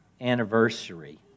anniversary